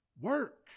Work